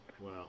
wow